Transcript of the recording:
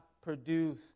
produce